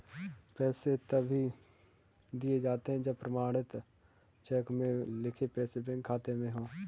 पैसे तभी दिए जाते है जब प्रमाणित चेक में लिखे पैसे बैंक खाते में हो